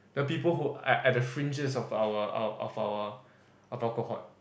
the people who are at the fringes of our of our cohort